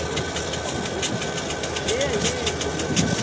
ঐ ছোৱালী ক এইয়া এনেই বহি আছোঁ ক